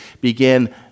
began